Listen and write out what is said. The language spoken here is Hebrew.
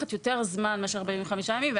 לוקחת יותר זמן מאשר 45 ימים.